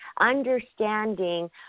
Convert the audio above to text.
understanding